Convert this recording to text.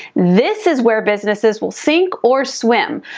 this is where businesses will sink or swim.